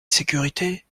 sécurité